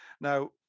Now